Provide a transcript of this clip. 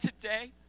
today